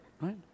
right